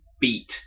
beat